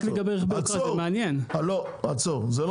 רק לגבי רכבי יוקרה, זה מעניין.